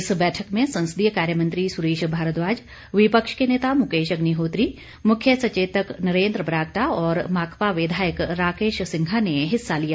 इस बैठक में संसदीय कार्य मंत्री सुरेश भारद्वाज विपक्ष के नेता मुकेश अग्निहोत्री मुख्य सचेतक नरेन्द्र बरागटा और माकपा विधायक राकेश सिंघा ने हिस्सा लिया